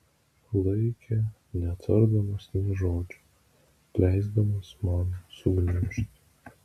laikė netardamas nė žodžio leisdamas man sugniužti